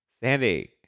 Sandy